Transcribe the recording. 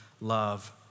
love